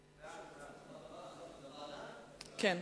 תוצאות ההצבעה: שבעה הצביעו בעד, ולפיכך אני